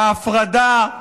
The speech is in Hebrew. ההפרדה,